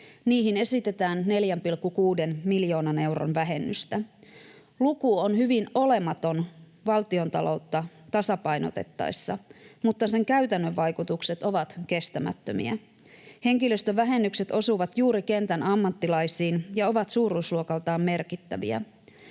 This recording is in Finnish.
Niihin esitetään 4,6 miljoonan euron vähennystä. Luku on hyvin olematon valtiontaloutta tasapainotettaessa, mutta sen käytännön vaikutukset ovat kestämättömiä. Henkilöstövähennykset osuvat juuri kentän ammattilaisiin ja ovat suuruusluokaltaan merkittäviä.